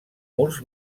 murs